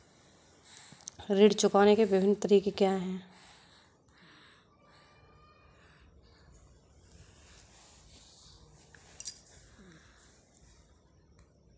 ऋण चुकाने के विभिन्न तरीके क्या हैं?